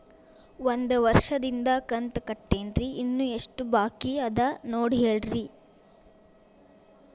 ಒಂದು ವರ್ಷದಿಂದ ಕಂತ ಕಟ್ಟೇನ್ರಿ ಇನ್ನು ಎಷ್ಟ ಬಾಕಿ ಅದ ನೋಡಿ ಹೇಳ್ರಿ